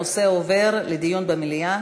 הנושא עובר לדיון במליאה.